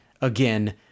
again